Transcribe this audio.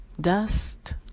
dust